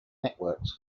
networks